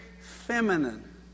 feminine